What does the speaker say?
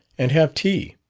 and have tea.